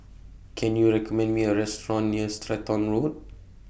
Can YOU recommend Me A Restaurant near Stratton Road